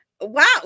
wow